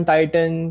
Titan